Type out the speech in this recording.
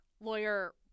Lawyer